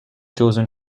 chosen